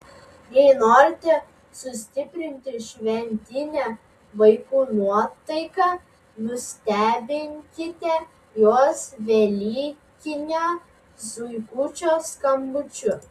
jei norite sustiprinti šventinę vaikų nuotaiką nustebinkite juos velykinio zuikučio skambučiu